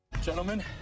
Gentlemen